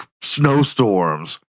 snowstorms